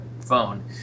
phone